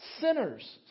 sinners